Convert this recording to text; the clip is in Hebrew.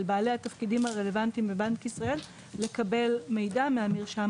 בעלי התפקידים הרלוונטיים ושל בנק ישראל לקבל מידע מהמרשם